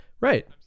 Right